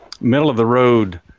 middle-of-the-road